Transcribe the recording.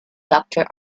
doctor